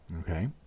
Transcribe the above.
Okay